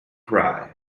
cry